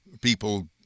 people